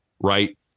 right